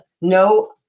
no